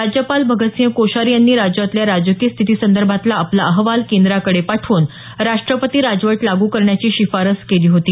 राज्यपाल भगतसिंह कोश्यारी यांनी राज्यातल्या राजकीय स्थितीसंदर्भातला आपला अहवाल केंद्राकडे पाठवून राष्टपती राजवट लागू करण्याची शिफारस केली होती